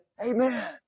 Amen